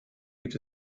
gibt